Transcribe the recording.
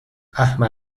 احمق